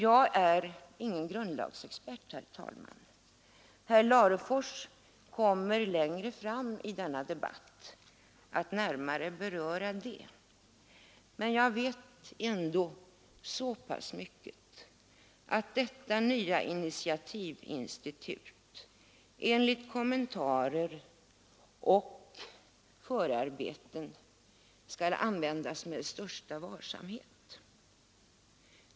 Jag är ingen grundlagsexpert, herr talman. Herr Larfors kommer längre fram i denna debatt att närmare beröra grundlagsaspekten. Men jag vet ändå så pass mycket som att detta nya initiativinstitut enligt kommentarer och förarbeten skall användas med största varsamhet.